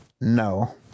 no